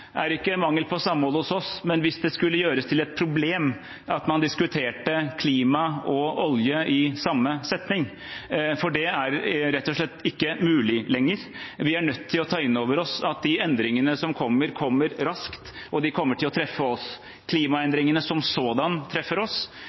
er ikke mangel på samhold hos oss, men hvis det skulle gjøres til et problem at man diskuterte klima og olje i samme setning, for det er rett og slett ikke mulig lenger. Vi er nødt til å ta inn over oss at de endringene som kommer, kommer raskt, og de kommer til å treffe oss. Klimaendringene som sådanne treffer oss.